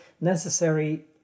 necessary